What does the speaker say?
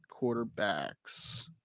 Quarterbacks